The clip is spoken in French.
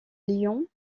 lyon